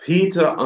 Peter